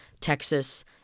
Texas